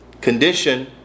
condition